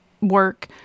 work